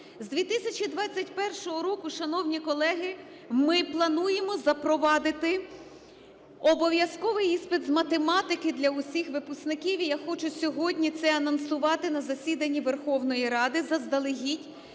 З 2021 року, шановні колеги, ми плануємо запровадити обов'язковий іспит з математики для усіх випускників, і я хочу сьогодні це анонсувати на засіданні Верховної Ради заздалегідь.